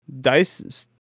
dice